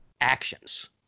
actions